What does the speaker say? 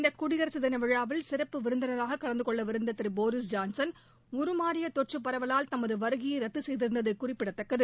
இந்த குடியரசு தினவிழாவில் சிறப்பு விருந்தினராக கலந்து கொள்ளவிருந்த திரு போரீஸ் ஜான்சன் உருமாறிய தொற்று பரவலால் தமது வருகையை ரத்து செய்திருந்தது குறிப்பிடத்தக்கது